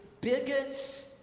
bigots